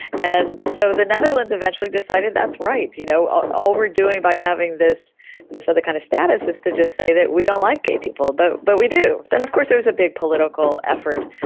and so the netherlands eventually decided that's right, you know ah all we're doing by having this this other kind of status is to just say that we don't like gay people, but but we do. then of course there was a big political effort,